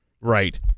Right